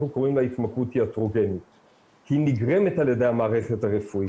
קוראים לה התמכרות טיאטרוגנית כי היא נגרמת על ידי המערכת הרפואית,